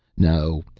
no,